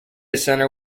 center